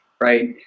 right